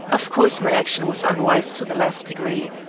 of course my action was unwise to the last degree.